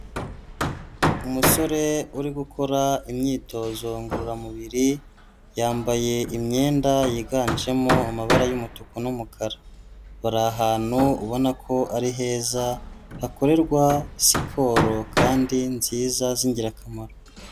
Umusore uri gukora imyitozo ngororamubiri, yambaye imyenda yiganjemo amabara y'umutuku n'umukara, bari ahantu ubona ko ari heza, hakorerwa siporo kandi nziza z'ingirakamaro.